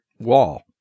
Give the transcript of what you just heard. wall